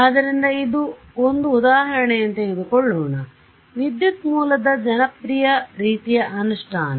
ಆದ್ದರಿಂದ ಒಂದು ಉದಾಹರಣೆಯನ್ನು ತೆಗೆದುಕೊಳ್ಳೋಣ ವಿದ್ಯುತ್ ಮೂಲದ ಜನಪ್ರಿಯ ರೀತಿಯ ಅನುಷ್ಠಾನ